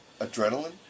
Adrenaline